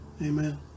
Amen